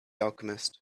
alchemist